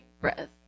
breath